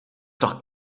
doch